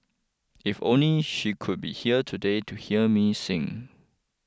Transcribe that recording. if only she could be here today to hear me sing